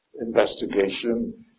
investigation